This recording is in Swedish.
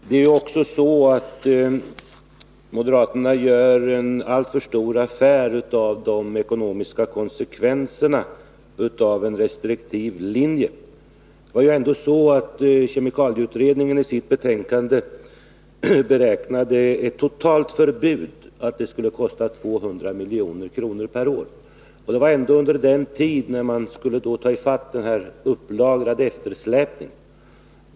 Det är ju också så att moderaterna gör en alltför stor affär av de ekonomiska konsekvenserna av en restriktiv linje. Kemikalieutredningen beräknade ju ändå i sitt betänkande att ett totalt förbud skulle kosta 200 milj.kr. per år, och det var under den tid när man skulle ta igen den upplagrade eftersläpningen.